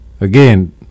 Again